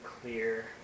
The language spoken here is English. clear